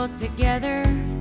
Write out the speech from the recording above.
Together